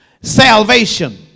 salvation